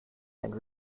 and